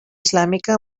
islàmica